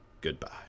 Goodbye